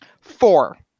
Four